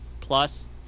plus